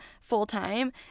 full-time